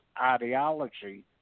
ideology